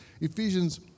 Ephesians